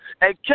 Hey